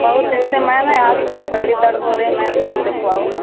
बहुत दिन से मैम है आज बहुत तगड़ी दर्द हो रही है मैम कहूँ देखवाओ